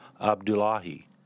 Abdullahi